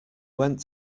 went